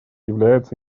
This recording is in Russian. является